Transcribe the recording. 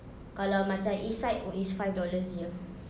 kalau macam east side oh it's five dollars jer